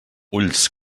ulls